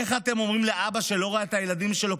איך אתם אומרים לאבא שלא ראה את הילדים שלו,